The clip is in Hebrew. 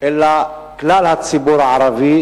אלא כלל הציבור הערבי,